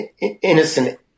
innocent